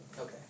Okay